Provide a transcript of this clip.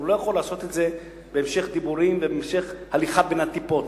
הוא לא יכול לעשות את זה בהמשך דיבורים ובהמשך הליכה בין הטיפות.